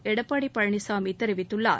எடப்பாடி பழனிசாமி தெரிவித்துள்ளார்